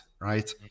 right